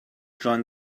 join